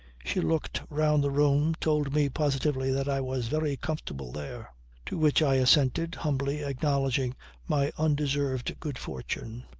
she looked round the room, told me positively that i was very comfortable there to which i assented, humbly, acknowledging my undeserved good fortune.